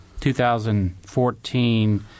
2014